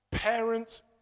Parents